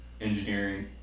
engineering